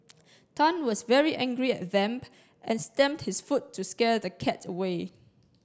Tan was very angry at Vamp and stamped his foot to scare the cat away